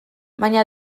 baina